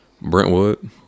Brentwood